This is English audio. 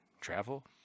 travel